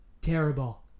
terrible